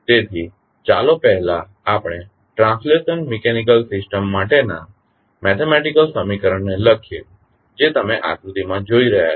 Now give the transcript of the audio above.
તેથી ચાલો પહેલા આપણે ટ્રાંસલેશનલ મિકેનિકલ સિસ્ટમ માટેના મેથેમેટીકલ સમીકરણને લખીએ જે તમે આકૃતિમાં જોઈ રહ્યા છો